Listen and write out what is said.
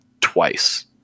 twice